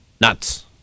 nuts